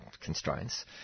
constraints